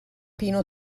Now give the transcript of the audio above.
pino